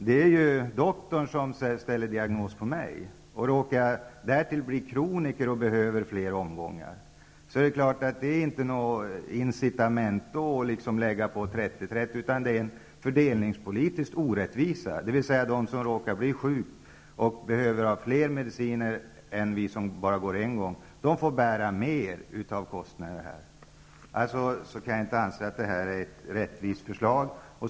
Det är ju doktorn som ställer diagnos på mig, och råkar jag därtill bli kroniker och behöver fler omgångar, innebär ett tillägg på 30--30 naturligtvis inte något incitament. Detta är i stället en fördelningspolitisk orättvisa. De som råkar bli sjuka och behöver fler mediciner än vi som bara går till doktorn en gång får bära mer av kostnaderna. Jag kan därför inte anse att detta är ett rättvist förslag.